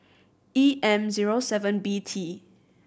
E M zero seven B T